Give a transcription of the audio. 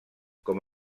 com